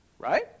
Right